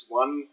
one